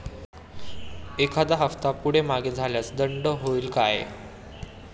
एखादा हफ्ता पुढे मागे झाल्यास दंड होईल काय?